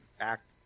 act